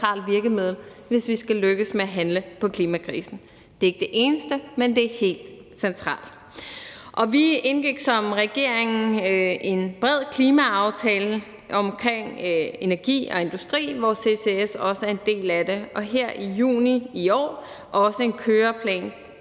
virkemiddel, hvis vi skal lykkes med at handle på klimakrisen. Det er ikke det eneste, men det er helt centralt. Vi indgik som regering en bred klimaaftale om energi og industri, som CCS også er en del af, og her i juni i år også en køreplan